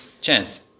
chance